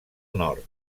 nord